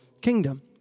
kingdom